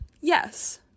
yes